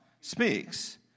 speaks